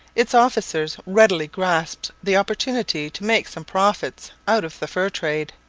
its officers readily grasped the opportunity to make some profits out of the fur trade.